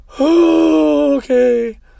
Okay